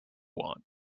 want